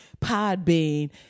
Podbean